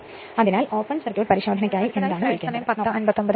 അതിനാൽ open circuit പരിശോധനയ്ക്കായി എന്താണ് വിളിക്കേണ്ടത്